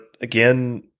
again